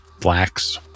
blacks